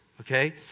okay